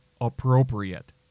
appropriate